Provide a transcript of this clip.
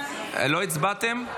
לא הצבעתם?